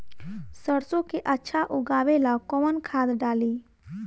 सरसो के अच्छा उगावेला कवन खाद्य डाली?